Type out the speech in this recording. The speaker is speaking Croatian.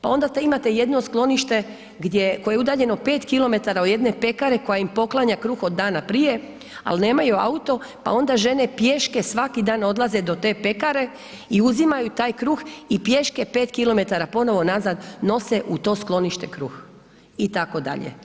Pa onda imate jedno sklonište koje je udaljeno 5 km od jedne pekare koja im poklanja kruh od danas prije ali nemaju auto pa onda žene pješke svaki dan odlaze do te pekare i uzimaju taj kruh i pješke 5 km ponovno nazad nose u to sklonište kruh, itd.